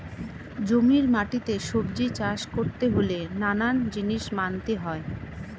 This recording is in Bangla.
জমির মাটিতে সবজি চাষ করতে হলে নানান জিনিস মানতে হয়